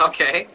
Okay